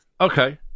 okay